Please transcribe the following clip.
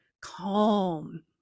calm